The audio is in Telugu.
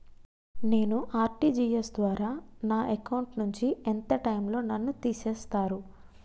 నేను ఆ.ర్టి.జి.ఎస్ ద్వారా నా అకౌంట్ నుంచి ఎంత టైం లో నన్ను తిసేస్తారు?